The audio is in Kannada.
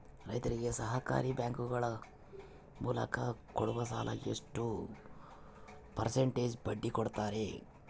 ರೈತರಿಗೆ ಸಹಕಾರಿ ಬ್ಯಾಂಕುಗಳ ಮೂಲಕ ಕೊಡುವ ಸಾಲ ಎಷ್ಟು ಪರ್ಸೆಂಟ್ ಬಡ್ಡಿ ಕೊಡುತ್ತಾರೆ?